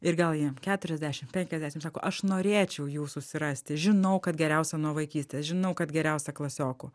ir gal jam keturiasdešim penkiasdešim sako aš norėčiau jų susirasti žinau kad geriausia nuo vaikystės žinau kad geriausia klasiokų